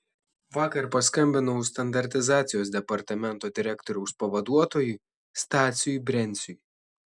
vakar paskambinau standartizacijos departamento direktoriaus pavaduotojui stasiui brenciui